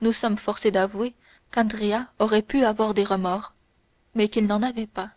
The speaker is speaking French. nous sommes forcés d'avouer qu'andrea aurait pu avoir des remords mais qu'il n'en avait pas